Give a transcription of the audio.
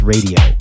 Radio